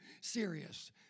serious